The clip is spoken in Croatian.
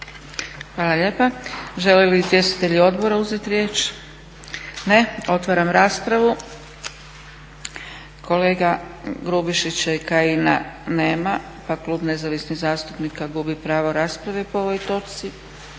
Hvala lijepa. Žele li izvjestitelji odbora uzeti riječ? Ne. Otvaram raspravu. Kolege Grubišića i Kajina nema pa Klub Nezavisnih zastupnika gubi pravo rasprave po ovoj točci.